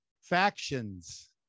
factions